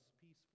peaceful